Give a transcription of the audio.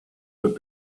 could